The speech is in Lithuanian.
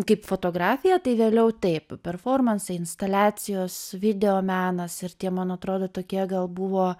kaip fotografija tai vėliau taip performansai instaliacijos videomenas ir tie man atrodo tokie gal buvo